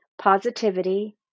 positivity